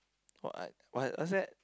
what what what's that